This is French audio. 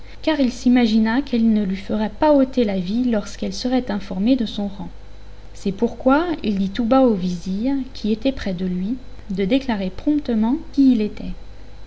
car il s'imagina qu'elle ne lui ferait pas ôter la vie lorsqu'elle serait informée de son rang c'est pourquoi il dit tout bas au vizir qui était près de lui de déclarer promptement qui il était